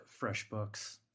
FreshBooks